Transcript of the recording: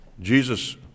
Jesus